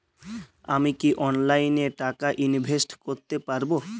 আমি কি অনলাইনে টাকা ইনভেস্ট করতে পারবো?